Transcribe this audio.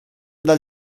dal